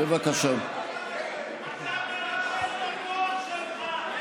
אתה מנצל את הכוח שלך,